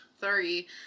sorry